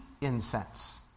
incense